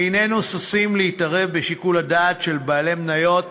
איננו ששים להתערב בשיקול הדעת של בעלי מניות